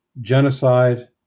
genocide